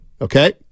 okay